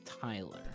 Tyler